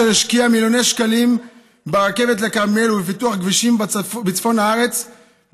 אשר השקיע מיליוני שקלים ברכבת לכרמל ובפיתוח כבישים בצפון הארץ,